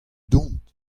dont